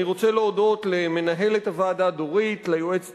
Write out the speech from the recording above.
אני רוצה להודות למנהלת הוועדה דורית וליועצת